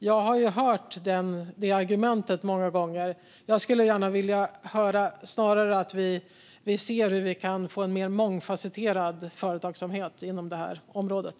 Jag har hört det argumentet många gånger och skulle snarare vilja höra att vi ser på hur vi kan få en mer mångfasetterad företagsamhet inom det här området.